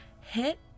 hit